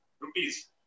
rupees